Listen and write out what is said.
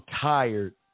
tired